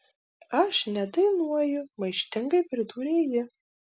aš nedainuoju maištingai pridūrė ji